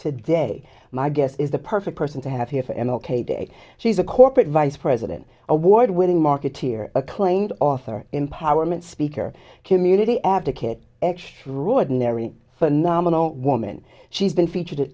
today my guess is the perfect person to have here for m l k day she's a corporate vice president award winning marketeer acclaimed author empowerment speaker community advocate extraordinary phenomenal woman she's been featured